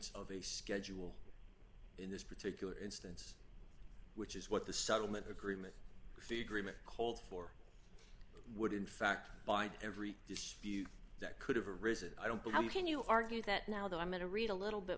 a schedule in this particular instance which is what the settlement agreement fee grima cold for would in fact by every dispute that could have arisen i don't know how can you argue that now though i'm going to read a little bit